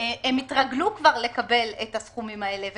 והם התרגלו כבר לקבל את הסכומים האלה.